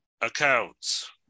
accounts